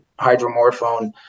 hydromorphone